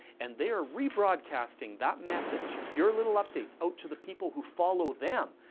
and they are rebroadcasting that message, your little updates, out to the people who follow them.